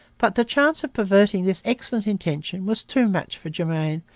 but the chance of perverting this excellent intention was too much for germain,